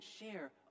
share